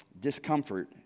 Discomfort